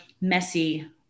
messy